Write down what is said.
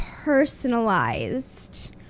personalized